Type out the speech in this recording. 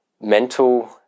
mental